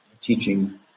teaching